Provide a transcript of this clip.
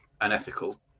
unethical